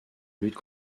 lutte